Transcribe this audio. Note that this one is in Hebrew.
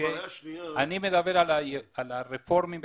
אני מדבר על הרפורמים והקונסרבטיבים,